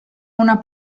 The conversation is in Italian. una